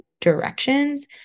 directions